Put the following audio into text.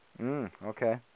Okay